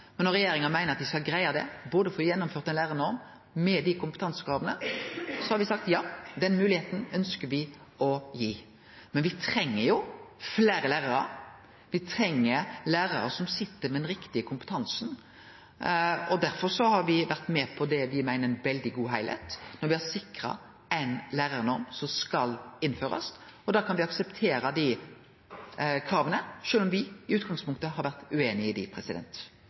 Men når regjeringa meiner at dei skal greie å få gjennomført ein lærarnorm med desse kompetansekrava, har me sagt at ja, den moglegheita ønskjer me å gi. Men me treng jo fleire lærarar, me treng lærarar som sit med den riktige kompetansen, og derfor har me vore med på det me meiner er ein veldig god heilskap, når me har sikra ein lærarnorm som skal innførast, og da kan me akseptere dei krava, sjølv om me i utgangspunktet har vore ueinige i dei.